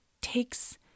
takes